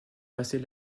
passer